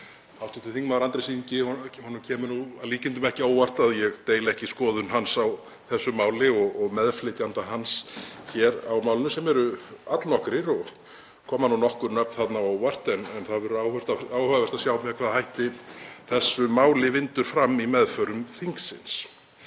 Andrési Inga Jónssyni kemur nú að líkindum ekki á óvart að ég deili ekki skoðun hans á þessu máli og meðflytjendum hans á málinu sem eru allnokkrir og koma nú nokkur nöfn þarna á óvart. Það verður áhugavert að sjá með hvaða hætti þessu máli vindur fram í meðförum þingsins.